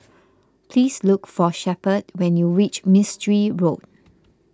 please look for Shepherd when you reach Mistri Road